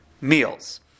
meals